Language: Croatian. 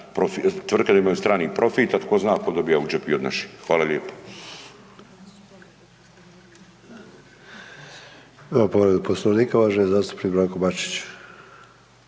stranim … strani profit, a tko zna … dobija u džep i od naših. Hvala lijepo.